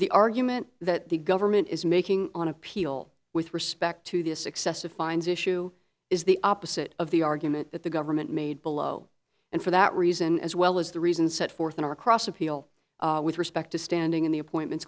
the argument that the government is making on appeal with respect to this excessive fines issue is the opposite of the argument that the government made below and for that reason as well as the reason set forth in our cross appeal with respect to standing in the appointments